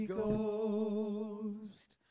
Ghost